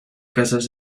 casas